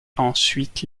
ensuite